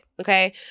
Okay